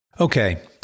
Okay